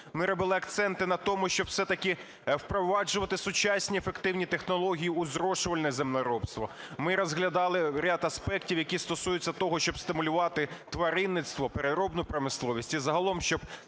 ми робили акценти на тому, щоб все-таки впроваджувати сучасні, ефективні технології у зрошувальне землеробство, ми розглядали ряд аспектів, які стосуються того, щоб стимулювати тваринництво, переробну промисловість, і загалом, щоб